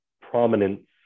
prominence